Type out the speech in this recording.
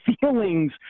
feelings